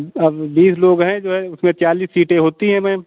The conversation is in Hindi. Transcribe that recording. अब बीस लोग है जो है उसमें चालिस सीटें होती हैं मैम